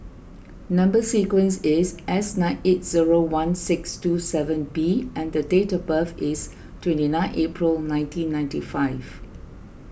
Number Sequence is S nine eight zero one six two seven B and the date of birth is twenty nine April nineteen ninety five